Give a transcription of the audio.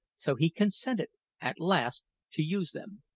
so he consented at last to use them.